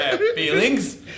feelings